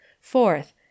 Fourth